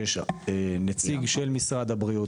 יש נציג של משרד הבריאות,